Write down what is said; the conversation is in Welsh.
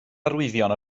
arwyddion